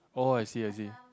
oh I see I see